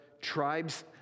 tribes